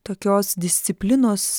tokios disciplinos